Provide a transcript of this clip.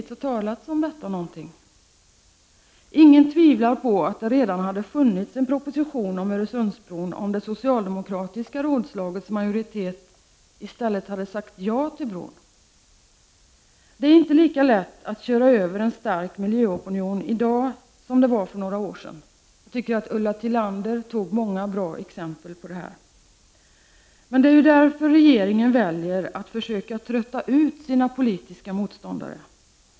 Ingen tvivlar på att det redan hade funnits en proposition om Öresundsbron om det socialdemokratiska rådslagets majoritet i stället sagt ja till bron. Det är inte lika lätt att köra över en stark miljöopinion i dag som det var för några år sedan. Jag tycker Ulla Tillander tog många bra exempel på detta. Därför väljer regeringen att försöka trötta ut sina politiska motståndare.